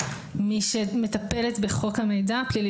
מי שמטפלת בחוק המידע הפלילי